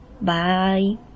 Bye